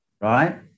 right